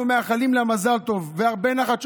אנחנו מאחלים לה מזל טוב והרבה נחת,